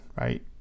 right